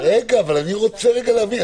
רגע, אבל אני רוצה רגע להבין.